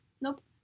Nope